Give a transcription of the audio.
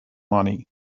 money